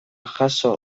jaso